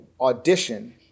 audition